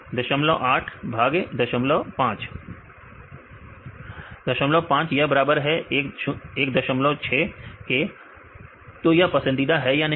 विद्यार्थी 08 भाग 05 08 भाग विद्यार्थी 16 05 यह बराबर है 16 के तो यह पसंदीदा है या नहीं है